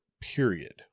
period